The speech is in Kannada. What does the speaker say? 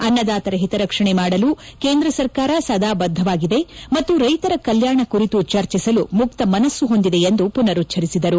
ಅನ್ನದಾತರ ಹಿತರಕ್ಷಣೆ ಮಾಡಲು ಕೇಂದ್ರ ಸರ್ಕಾರ ಸದಾ ಬದ್ದವಾಗಿದೆ ಮತ್ತು ರೈತರ ಕಲ್ಲಾಣ ಕುರಿತು ಚರ್ಚಿಸಲು ಮುಕ್ತ ಮನಸ್ನು ಹೊಂದಿದೆ ಎಂದು ಪುನರುಚ್ಲರಿಸಿದರು